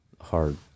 hard